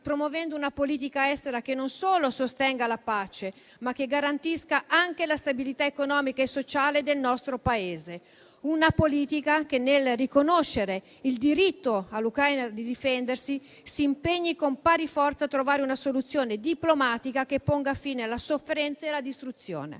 promuovendo una politica estera che non solo sostenga la pace, ma che garantisca anche la stabilità economica e sociale del nostro Paese. Una politica che, nel riconoscere il diritto all'Ucraina di difendersi, si impegni con pari forza a trovare una soluzione diplomatica che ponga fine alla sofferenza e alla distruzione.